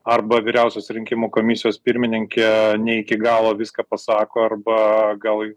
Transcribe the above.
arba vyriausios rinkimų komisijos pirmininkė ne iki galo viską pasako arba gal